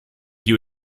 you